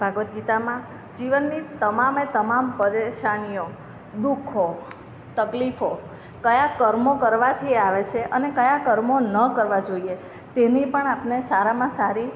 ભાગવદ્ ગીતામાં જીવનની તમામે તમામ પરેશાનીઓ દુઃખો તકલીફો કયા કર્મો કરવાથી એ આવે છે અને કયા કર્મો ન કરવા જોઈએ તેની પણ આપણને સારામાં સારી